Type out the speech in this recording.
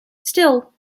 still